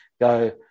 Go